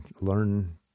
learn